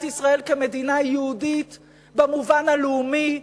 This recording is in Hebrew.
ישראל כמדינה יהודית במובן הלאומי,